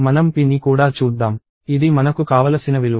మనం p ని కూడా చూద్దాం ఇది మనకు కావలసిన విలువ